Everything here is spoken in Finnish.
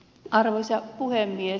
arvoisa puhemies